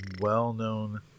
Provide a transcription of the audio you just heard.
well-known